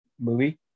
movie